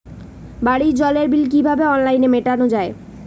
বাড়ির জলের বিল কিভাবে অনলাইনে মেটানো যায়?